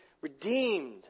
redeemed